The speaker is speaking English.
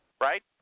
right